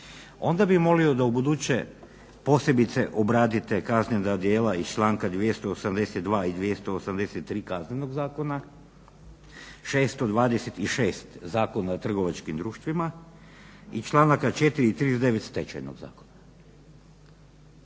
onda bih molio da u buduće posebice obradite kaznena djela iz članka 282. i 283. Kaznenog zakona, 626. Zakona o trgovačkim društvima i članaka 4. i 39. Stečajnog zakona.